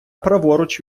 праворуч